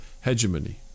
hegemony